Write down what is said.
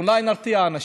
אולי נרתיע אנשים.